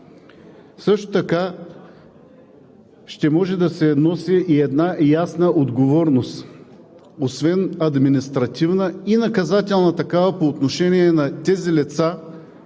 Също така ще може да се носи ясна отговорност, освен административна и наказателна такава, по отношение на тези лица,